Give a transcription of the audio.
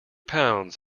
pounds